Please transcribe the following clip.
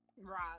right